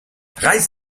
reiß